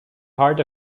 heart